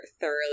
thoroughly